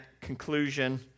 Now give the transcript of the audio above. conclusion